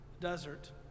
desert